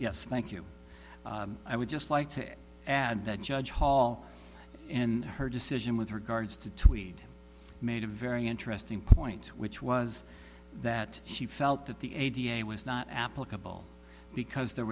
yes thank you i would just like to add that judge hall and her decision with regards to tweed made a very interesting point which was that she felt that the eighty eight was not applicable because there